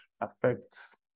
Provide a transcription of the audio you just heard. affects